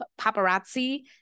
paparazzi